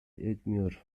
etmiyor